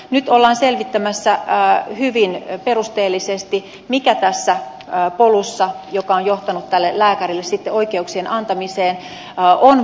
nyt ollaan selvittämässä hyvin perusteellisesti mikä tässä polussa joka on sitten johtanut tälle lääkärille oikeuksien antamiseen on vuotanut